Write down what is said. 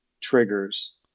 triggers